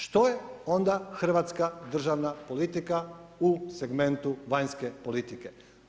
Što je onda hrvatska državna politika, u segmentu vanjske politike?